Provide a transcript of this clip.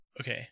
Okay